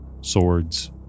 swords